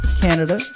Canada